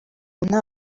nta